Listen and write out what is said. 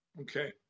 Okay